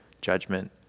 judgment